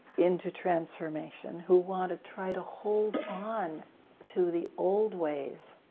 into transformation, who want to try to hold on to the old ways,